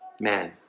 man